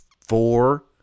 four